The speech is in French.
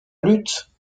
lutte